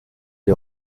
est